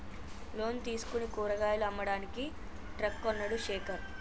loan తీసుకుని కూరగాయలు అమ్మడానికి ట్రక్ కొన్నడు శేఖర్